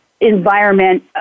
environment